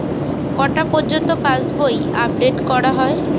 কটা পযর্ন্ত পাশবই আপ ডেট করা হয়?